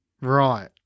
Right